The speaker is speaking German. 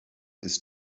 ist